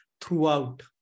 throughout